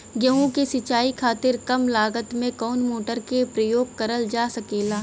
गेहूँ के सिचाई खातीर कम लागत मे कवन मोटर के प्रयोग करल जा सकेला?